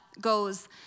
goes